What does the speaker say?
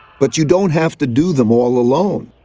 but you don't have to do them all alone.